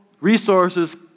resources